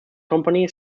company